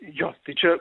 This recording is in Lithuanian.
jo tai čia